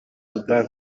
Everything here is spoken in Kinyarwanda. soudan